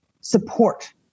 support